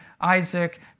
Isaac